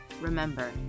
remember